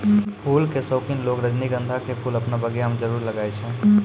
फूल के शौकिन लोगॅ रजनीगंधा के फूल आपनो बगिया मॅ जरूर लगाय छै